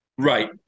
Right